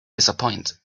disappoint